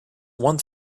one